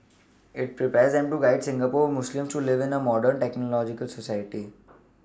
it prepares them to guide Singapore Muslims to live in a modern technological society